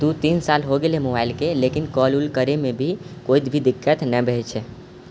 दू तीन साल हो गेलै मोबाइलके लेकिन कॉल उल करेमे भी कोइ भी दिक्कत नहि भइ छै